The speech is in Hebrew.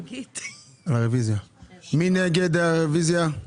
מי נגד הרוויזיה?